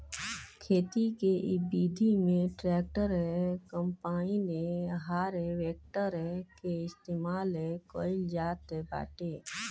खेती के इ विधि में ट्रैक्टर, कम्पाईन, हारवेस्टर के इस्तेमाल कईल जात बाटे